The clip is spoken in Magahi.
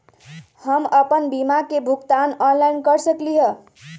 हम अपन बीमा के भुगतान ऑनलाइन कर सकली ह?